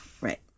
Right